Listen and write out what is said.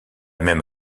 même